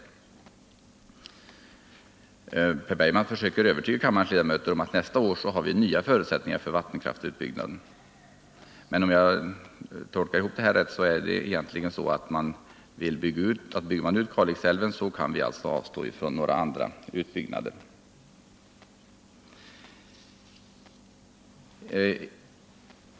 Per Bergman försöker övertyga kammarens ledamöter om att vi nästa år har nya förutsättningar för vattenkraftens utbyggnad. Men om jag har tolkat det hela rätt är det egentligen så att man menar att vi, om vi bygger ut Kalixälven, kan avstå från en del andra utbyggnader.